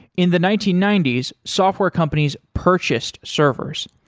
in the nineteen ninety s, software companies purchased servers.